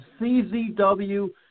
CZW